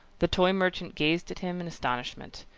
the toy merchant gazed at him in astonishment.